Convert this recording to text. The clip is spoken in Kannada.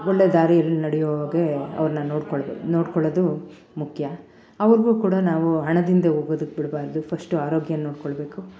ಒಳ್ಳೆ ದಾರಿಯಲ್ಲಿ ನಡೆಯುವ ಹಾಗೆ ಅವರನ್ನ ನೋಡ್ಕೊಳ್ಬೆ ನೋಡಿಕೊಳ್ಳೋದು ಮುಖ್ಯ ಅವರ್ಗು ಕೂಡ ನಾವು ಹಣದಿಂದೆ ಹೋಗಗೋದಕ್ ಬಿಡಬಾರ್ದು ಫಸ್ಟ್ ಆರೋಗ್ಯನ ನೋಡಿಕೊಳ್ಬೇಕು